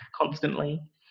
constantly